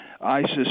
ISIS